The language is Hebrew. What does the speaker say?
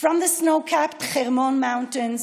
מהרי החרמון המושלגים,